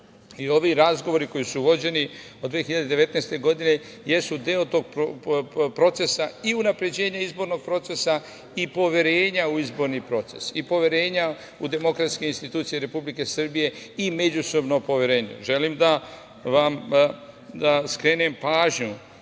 Ovi razgovori koji su vođeni od 2019. godine jesu deo procesa i unapređenja izbornog procesa i poverenja u izborni proces, i poverenja u demokratske institucije Republike Srbije i međusobno poverenje. Želim da vam skrenem pažnju